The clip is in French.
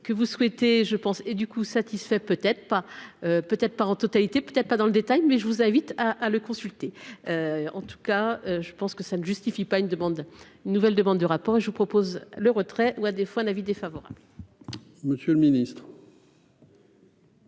que vous souhaitez, je pense, et du coup, satisfait, peut-être pas, peut-être pas en totalité, peut-être pas dans le détail, mais je vous invite à le consulter en tout cas je pense que ça ne justifie pas une demande, une nouvelle demande de rapport et je vous propose le retrait ou à des fois un avis défavorable. Monsieur le ministre.